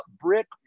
brick